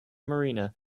marina